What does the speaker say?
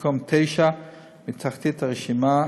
מקום תשיעי מתחתית הרשימה,